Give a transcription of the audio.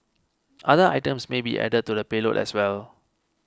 other items may be added to the payload as well